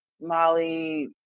Molly